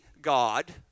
God